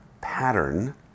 pattern